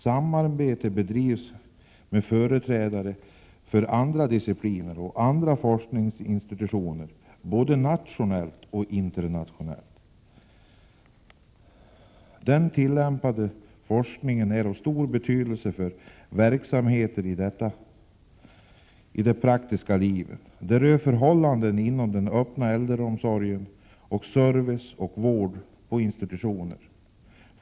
Samarbete bedrivs med företrädare för andra discipliner och andra forskningsinstitutioner, både nationellt och internationellt. Den tillämpade forskningen är av stor betydelse för verksamheten i det praktiska livet. Den rör förhållanden inom den öppna äldreomsorgen och service och vård på institutioner.